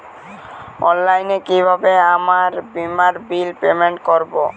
অনলাইনে কিভাবে আমার বীমার বিল পেমেন্ট করবো?